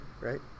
right